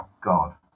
God